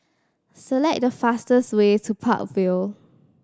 select the fastest way to Park Vale